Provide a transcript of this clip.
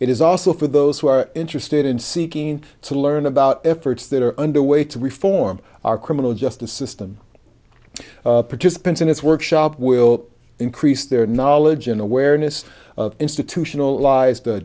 it is also for those who are interested in seeking to learn about efforts that are underway to reform our criminal justice system participants in his workshop will increase their knowledge and awareness of institutionalized